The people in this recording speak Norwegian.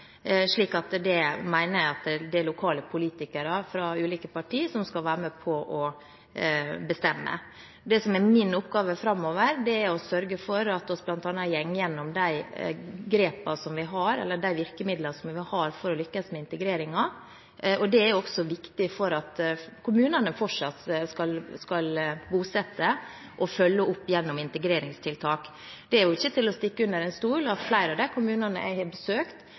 Det mener jeg det er lokale politikere fra ulike parti som skal være med på å bestemme. Det som er min oppgave framover, er å sørge for at vi bl.a. går gjennom de grepene som vi har, de virkemidlene som vi har for å lykkes med integreringen. Det er også viktig for at kommunene fortsatt skal bosette og følge opp gjennom integreringstiltak. Det er jo ikke til å stikke under stol at flere av de kommunene jeg har besøkt,